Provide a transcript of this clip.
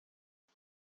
det